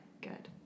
good